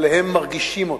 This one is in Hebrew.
אבל הם מרגישים אותן,